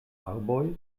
arboj